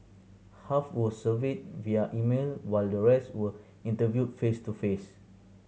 half were surveyed via email while the rest were interviewed face to face